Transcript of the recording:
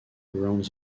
around